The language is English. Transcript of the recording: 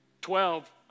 Twelve